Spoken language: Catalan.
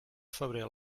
febrer